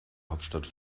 hauptstadt